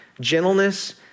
gentleness